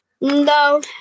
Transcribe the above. No